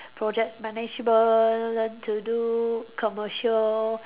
project management learn to do commercial